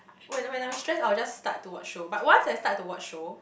when I when I am stress I will just start to watch show but once I start to watch show